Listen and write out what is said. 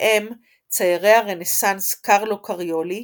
בהם ציירי הרנסאנס קרלו קריולי,